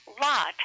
lot